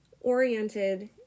oriented